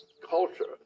culture